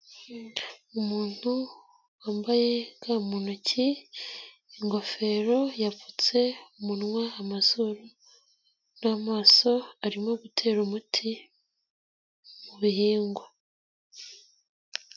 Umuntu wambaye ga mu ntoki ingofero yapfutse umunwa amazuru n'amaso, arimo gutera umuti mu bihingwa.